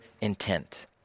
intent